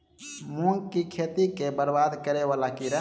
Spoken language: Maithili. मूंग की खेती केँ बरबाद करे वला कीड़ा?